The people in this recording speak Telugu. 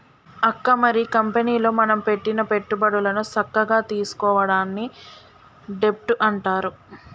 అక్క మరి కంపెనీలో మనం పెట్టిన పెట్టుబడులను సక్కగా తీసుకోవడాన్ని డెబ్ట్ అంటారు